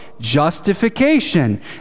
justification